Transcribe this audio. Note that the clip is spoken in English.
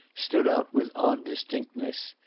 stood out with odd distinctness.